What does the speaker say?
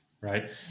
Right